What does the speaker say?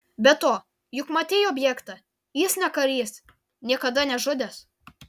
be to juk matei objektą jis ne karys niekada nežudęs